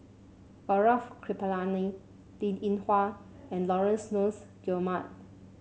Gaurav Kripalani Linn In Hua and Laurence Nunns Guillemard